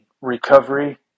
recovery